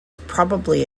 probably